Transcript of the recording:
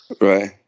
Right